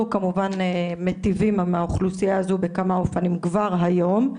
אנחנו כמובן מטיבים עם האוכלוסיה הזו בכמה אופנים כבר היום.